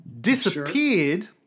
disappeared